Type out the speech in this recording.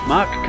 Mark